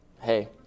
Hey